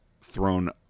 thrown